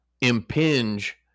impinge